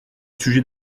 sujet